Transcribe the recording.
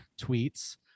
tweets